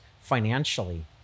financially